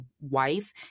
wife